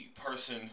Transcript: person